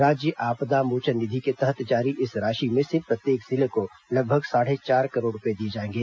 राज्य आपदा मोचन निधि के तहत जारी इस राशि में से प्रत्येक जिले को लगभग साढ़े चार करोड़ रूपये दिए जाएंगे